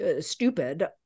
stupid